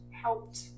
helped